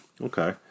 Okay